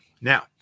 Now